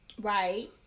Right